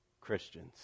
Christians